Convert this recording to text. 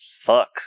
fuck